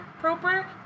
proper